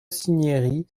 cinieri